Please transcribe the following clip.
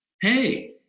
Hey